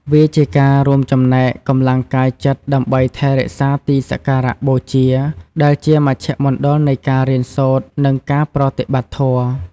វាជាការរួមចំណែកកម្លាំងកាយចិត្តដើម្បីថែរក្សាទីសក្ការបូជា ដែលជាមជ្ឈមណ្ឌលនៃការរៀនសូត្រ និងការប្រតិបត្តិធម៌។